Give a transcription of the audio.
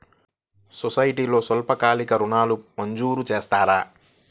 సొసైటీలో స్వల్పకాలిక ఋణాలు మంజూరు చేస్తారా?